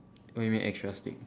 what you mean extra stick